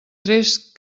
trist